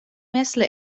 مثل